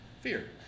fear